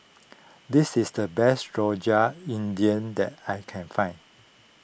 this is the best Rojak India that I can find